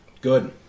Good